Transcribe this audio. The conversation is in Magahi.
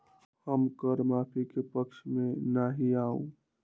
हम कर माफी के पक्ष में ना ही याउ